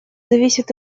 зависит